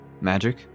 magic